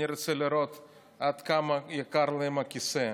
אני רוצה לראות עד כמה יקר להם הכיסא,